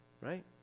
right